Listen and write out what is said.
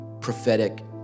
prophetic